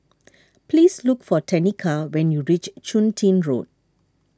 please look for Tenika when you reach Chun Tin Road